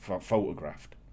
Photographed